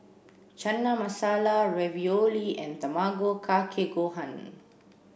Chana Masala Ravioli and Tamago Kake Gohan